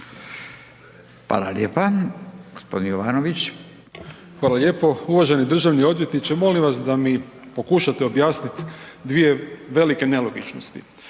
Željko (SDP)** Hvala lijepo. Uvaženi državni odvjetniče. Molim vas da mi pokušate objasniti dvije velike nelogičnosti.